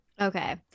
Okay